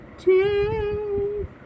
take